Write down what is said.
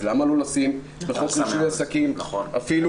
אז למה לא לשים בחוק רישוי עסקים אפילו